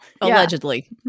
Allegedly